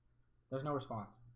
there's no response